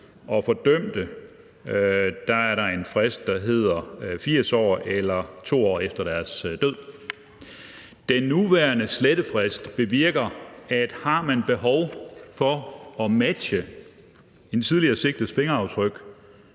og for dømte er der en frist på 80 år eller 2 år efter deres død. Den nuværende slettefrist bevirker, at hvis man har behov for at matche en tidligere sigtets fingeraftryk,